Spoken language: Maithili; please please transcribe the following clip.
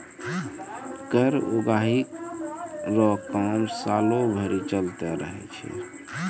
कर उगाही रो काम सालो भरी चलते रहै छै